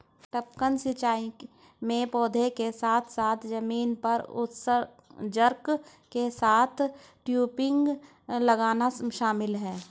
टपकन सिंचाई में पौधों के साथ साथ जमीन पर उत्सर्जक के साथ टयूबिंग लगाना शामिल है